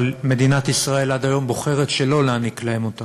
אבל מדינת ישראל עד היום בוחרת שלא להעניק להם אותה.